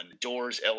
Doors